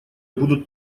будут